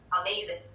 amazing